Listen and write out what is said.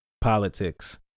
politics